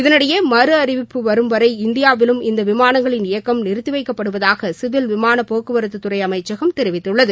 இதனிடையே மறு அறிவிப்பு வரும் வரை இந்தியாவிலும் இந்த விமானங்களின் இயக்கம் நிறுத்தி வைக்கப்படுவதாக சிவில் விமான போக்குவரத்துறை அமைச்சகம் தெரிவித்துள்ளது